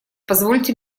позвольте